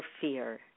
fear